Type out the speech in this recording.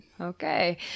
Okay